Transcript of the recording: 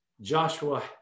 Joshua